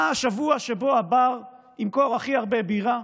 מה השבוע שבו הבר ימכור הכי הרבה בירה?